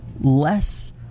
less